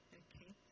okay